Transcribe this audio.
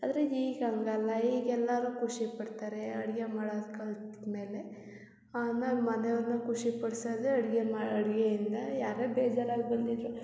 ಆದರೆ ಈಗ ಹಾಗಲ್ಲ ಈಗ ಎಲ್ಲರೂ ಖುಷಿಪಡ್ತಾರೆ ಅಡುಗೆ ಮಾಡೋದ್ ಕಲ್ತು ಮೇಲೆ ಆಮೇಲೆ ಮನೆಯವ್ರ್ನ ಖುಷಿಪಡ್ಸೋದೇ ಅಡುಗೆ ಮಾ ಅಡುಗೆಯಿಂದ ಯಾರೇ ಬೇಜಾರಾಗಿ ಬಂದಿದ್ದರೂ